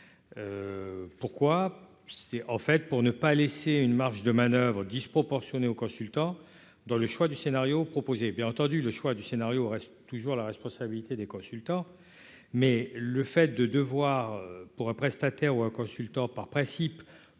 pourquoi c'est en fait pour ne pas laisser une marge de manoeuvre disproportionnée au consultant dans le choix du scénario proposé bien entendu, le choix du scénario reste toujours la responsabilité des consultants, mais le fait de devoir pour un prestataire ou un consultant par principe